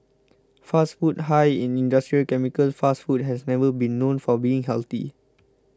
fast food high in industrial chemicals fast food has never been known for being healthy